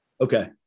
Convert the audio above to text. okay